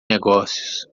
negócios